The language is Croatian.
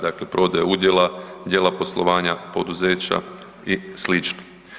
Dakle, prodaje udjela, djela poslovanja poduzeća i slično.